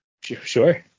Sure